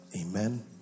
Amen